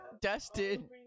dusted